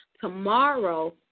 tomorrow